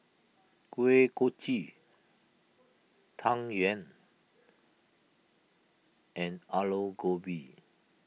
Kuih Kochi Tang Yuen and Aloo Gobi